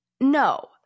No